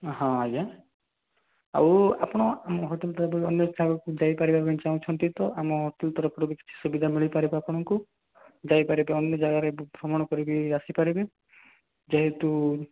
ହଁ ଆଜ୍ଞା ଆଉ ଆପଣ ଆମ ହୋଟେଲ୍ ତରଫରୁ ଅନ୍ୟ ଯାଗାକୁ ଯାଇ ପାରିବା ପାଇଁକୁ ଚାହୁଁଛନ୍ତି ତ ଆମ ହୋଟେଲ୍ ତରଫରୁ କିଛି ସୁବିଧା ମିଳିପାରିବ ଆପଣଙ୍କୁ ଯାଇ ପାରିବେ ଅନ୍ୟ ଯାଗାରେ ଭ୍ରମଣ କରିକି ଆସି ପାରିବେ ଯେହେତୁ